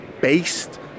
based